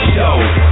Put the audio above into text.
Show